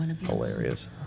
hilarious